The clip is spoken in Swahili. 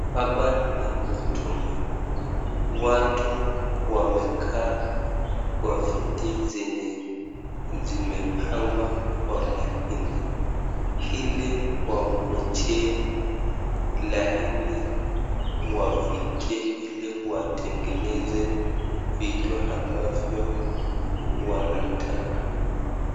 Hapa ni huduma watu wamekaa kwa viti zenye zimepangwa kwa laini ili wangojee laini wafikie ili watengeneze vitu ambavyo wanataka.